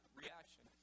reaction